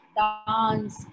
dance